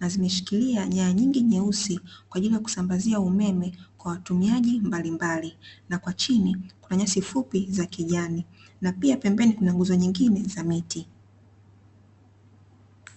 na zimeshikilia nyaya nyingi nyeusi kwa ajili ya kusambazia umeme kwa watumiaji mbalimbali, na kwa chini kuna nyasi fupi za kijani na pia pembeni kuna nguzo nyingi za miti.